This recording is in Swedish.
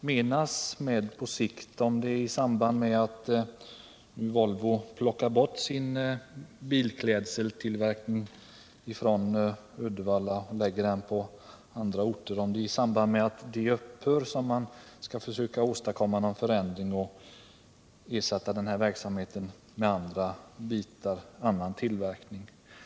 menas med ”på sikt”. Är det i samband med att Volvo plockar bort sin bilklädseltillverkning från Uddevalla och lägger den på andra orter? Man skall ju försöka åstadkomma en förändring och ersätta den verksamheten med annan tillverkning.